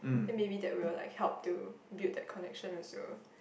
then maybe that will like help to build that connection also